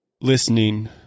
listening